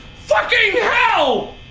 fucking hell